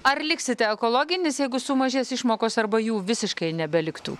ar liksite ekologinis jeigu sumažės išmokos arba jų visiškai nebeliktų